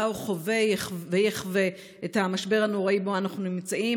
הוא חווה ויחווה את המשבר הנוראי שבו אנחנו נמצאים,